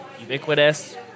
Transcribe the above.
ubiquitous